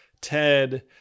TED